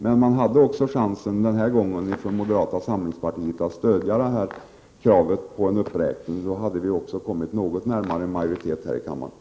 Men också denna gång har moderata samlingspartiet haft chansen att stödja kravet på uppräkning. Då hade vi kommit något närmare majoritet här i kammaren.